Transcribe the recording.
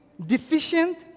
Deficient